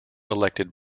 elected